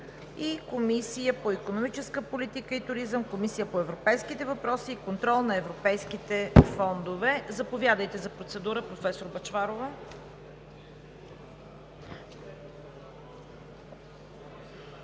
Комисията по икономическа политика и туризъм и Комисията по европейските въпроси и контрол на европейските фондове. Заповядайте за процедура, професор Бъчварова.